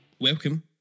Welcome